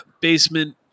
Basement